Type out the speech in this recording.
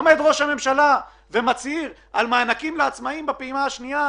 עומד ראש הממשלה ומצהיר על מענקים לעצמאים בפעימה השנייה,